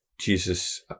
Jesus